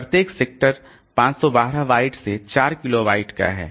प्रत्येक sector 512 byte से 4 kilobyte का है